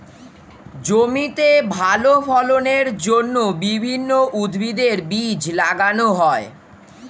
জমিতে ভালো ফলনের জন্য বিভিন্ন উদ্ভিদের বীজ লাগানো হয়